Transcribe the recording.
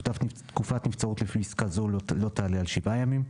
תקופת הנבצרות לפי פסקה זו לא תעלה על שבעה ימים.